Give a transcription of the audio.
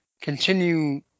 continue